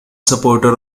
supporter